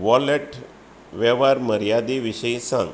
wallet वेव्हार मर्यादे विशीं सांग